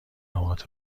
اوقات